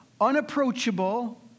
unapproachable